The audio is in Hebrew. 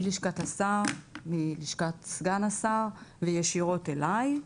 מלשכת השר, מלשכת סגן השר וישירות אלי,